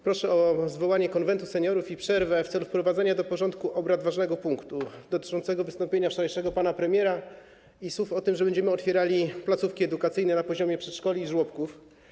Proszę o zwołanie Konwentu Seniorów i o przerwę w celu wprowadzenia do porządku obrad ważnego punktu dotyczącego wczorajszego wystąpienia pana premiera i słów o tym, że będziemy otwierali placówki edukacyjne na poziomie przedszkoli i żłobków.